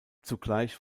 zugleich